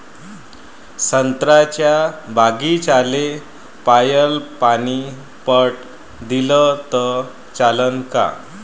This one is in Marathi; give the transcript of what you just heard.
संत्र्याच्या बागीचाले पयलं पानी पट दिलं त चालन का?